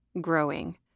growing